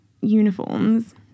uniforms